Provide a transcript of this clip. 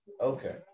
Okay